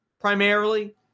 primarily